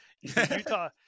Utah